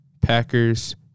Packers